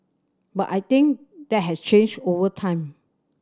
but I think that has changed over time